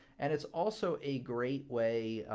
and it's also a great way,